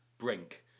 Brink